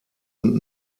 und